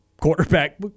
quarterback